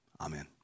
Amen